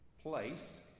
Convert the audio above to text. place